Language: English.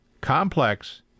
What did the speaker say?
complex